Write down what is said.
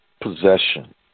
possession